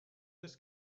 this